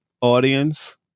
Audience